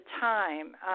time